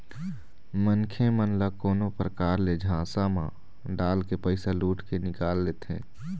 मनखे मन ल कोनो परकार ले झांसा म डालके पइसा लुट के निकाल लेथें